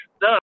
done